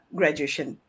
graduation